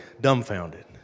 dumbfounded